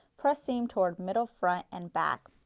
press seam toward middle front and back.